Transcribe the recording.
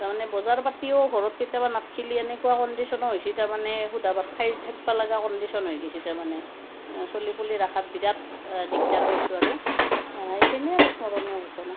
তাৰমানে বজাৰ পাতিও ঘৰত কেতিয়াবা নাথাকিলে এনেকুৱা কণ্ডিচন হৈছে তাৰমানে সুদা ভাত খাই থাকিবলগীয়া কণ্ডিচন হৈ গৈছে তাৰমানে চলি পলি ৰখাত বিৰাট দিগদাৰ পাইছোঁ আৰু এইখিনিয়ে আৰু স্মৰণীয় ঘটনা